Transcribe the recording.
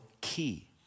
key